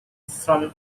from